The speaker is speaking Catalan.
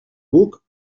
buc